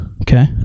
Okay